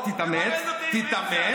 אתה תלמד אותי עברית